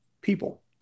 people